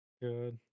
Good